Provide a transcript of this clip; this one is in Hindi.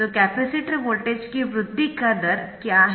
तो कैपेसिटर वोल्टेज की वृद्धि का दर क्या है